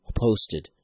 posted